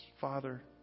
Father